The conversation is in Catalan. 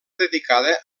dedicada